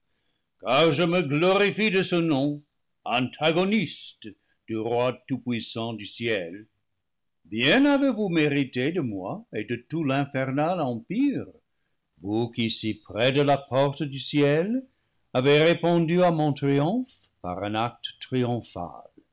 car je me glorifie de ce nom antagoniste du roi tout-puissant du ciel bien avez-vous mérité de moi et de tout l'infernal empire vous qui si près de la porte du ciel avez répondu à mon triomphe par un acte triomphal